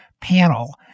panel